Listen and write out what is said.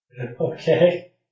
Okay